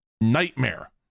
nightmare